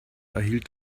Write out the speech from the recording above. erhielt